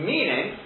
Meaning